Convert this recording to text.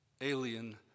alien